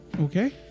Okay